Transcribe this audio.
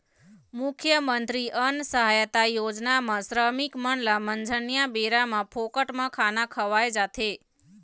मुख्यमंतरी अन्न सहायता योजना म श्रमिक मन ल मंझनिया बेरा म फोकट म खाना खवाए जाथे